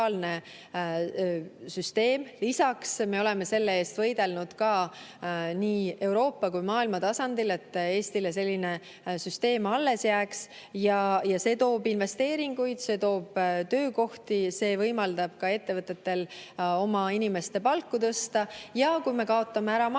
süsteem. Lisaks me oleme selle eest võidelnud nii Euroopa kui ka maailma tasandil, et Eestile selline süsteem alles jääks. See toob investeeringuid, see toob töökohti, see võimaldab ka ettevõtetel oma inimeste palku tõsta. Kui me kaotame ära maksuküüru,